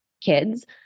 kids